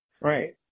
Right